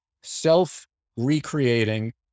self-recreating